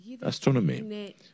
astronomy